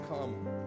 come